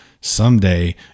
someday